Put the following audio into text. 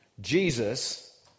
Jesus